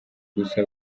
gusa